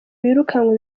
birukanwe